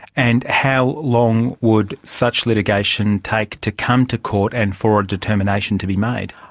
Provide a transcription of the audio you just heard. and how long would such litigation take to come to court and for a determination to be made?